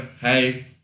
hey